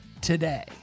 today